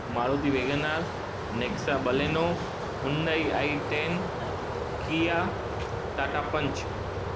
Maruti WagonR Nexa Baleno Hyundai I ten Kia Tata punch